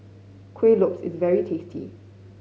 Kuih Lopes is very tasty